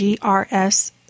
GRS